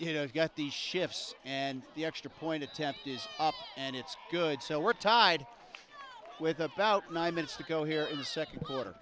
you know you get these shifts and the extra point attempt is up and it's good so we're tied with about nine minutes to go here is second quarter